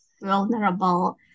vulnerable